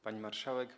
Pani Marszałek!